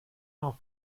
auf